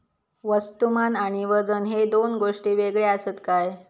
वस्तुमान आणि वजन हे दोन गोष्टी वेगळे आसत काय?